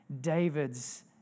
David's